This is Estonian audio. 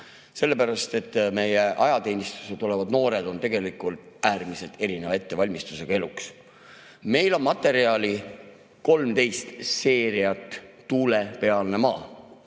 Sellepärast et meie ajateenistusse tulevad noored on tegelikult eluks äärmiselt erineva ettevalmistusega. Meil on materjali: 13 seeriat "Tuulepealset maad",